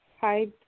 Hi